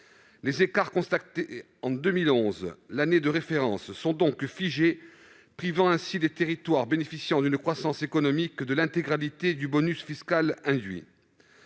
Les écarts constatés en 2011, l'année de référence, sont donc figés, ce qui prive les territoires bénéficiant d'une croissance économique de l'intégralité du bonus fiscal induit.